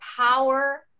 power